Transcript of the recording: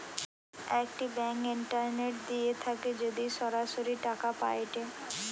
একটি bank internet দিয়ে থাকে যদি সরাসরি টাকা পায়েটে